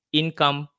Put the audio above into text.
income